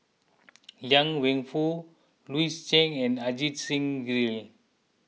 Liang Wenfu Louis Chen and Ajit Singh Gill